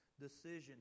decision